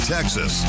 Texas